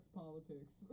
politics